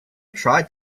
tried